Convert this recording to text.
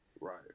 Right